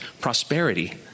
prosperity